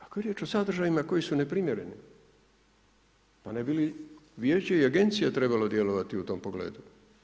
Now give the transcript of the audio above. Ako je riječ o sadržajima koji su neprimjereni, pa ne bi li vijeće i agencija trebalo djelovati u tom pogledu?